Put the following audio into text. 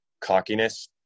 cockiness